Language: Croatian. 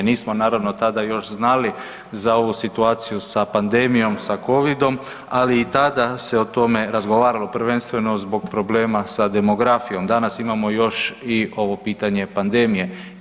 Nismo naravno tada još znali za ovu situaciju sa pandemijom, sa covidom, ali i tada se o tome razgovaralo prvenstveno zbog problema sa demografijom, danas imamo još i ovo pitanje pandemije.